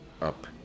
up